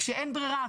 כשאין ברירה,